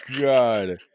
God